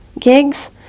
gigs